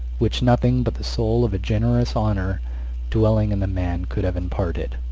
which nothing but the soul of generous honour dwelling in the man could have imparted.